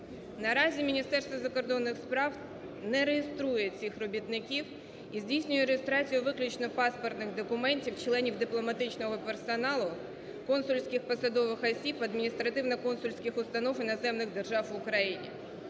Наразі Міністерство закордонних справ не реєструє цих робітників і здійснює реєстрацію виключно паспортних документів членів дипломатичного персоналу консульских посадових осіб адміністративно-консульських установ іноземних держав в Україні.